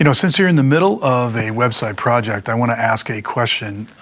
you know since you are in the middle of a website project, i want to ask a question,